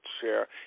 share